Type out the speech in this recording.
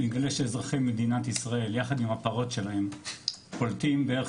הוא יגלה שאזרחי מדינת ישראל יחד עם הפרות שלהם פולטים בערך